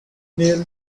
neil